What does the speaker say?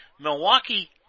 Milwaukee